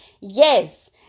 Yes